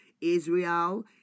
Israel